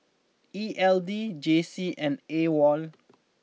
E L D J C and Awol